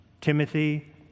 Timothy